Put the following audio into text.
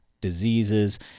diseases